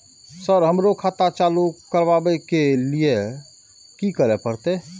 Sir हमरो खाता चालू करबाबे के ली ये की करें परते?